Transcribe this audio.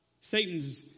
Satan's